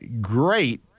great